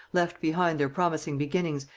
left behind their promising beginnings,